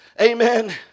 amen